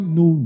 no